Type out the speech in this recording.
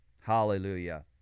Hallelujah